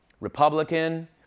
Republican